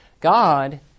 God